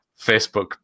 Facebook